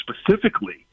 specifically